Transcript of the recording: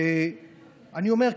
אני אומר,